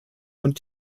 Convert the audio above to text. und